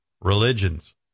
Religions